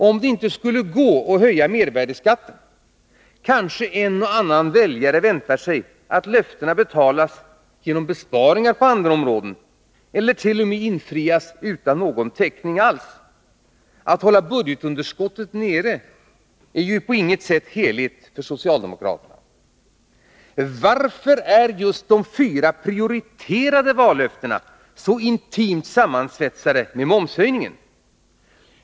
Om det inte skulle gå att höja mervärdeskatten kanske en och annan väljare väntar sig att löftena betalas genom besparingar på andra områden eller t.o.m. infrias utan någon täckning alls. Att hålla budgetunderskottet nere är ju på intet sätt heligt för socialdemokraterna. Varför är just de fyra prioriterade vallöftena så sammansvetsade med momshöjningen?